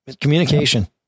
Communication